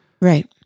Right